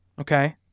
Okay